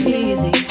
easy